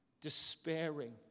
despairing